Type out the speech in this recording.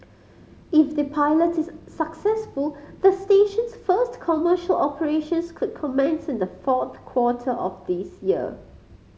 if the pilot is successful the station's first commercial operations could commence in the fourth quarter of this year